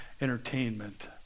entertainment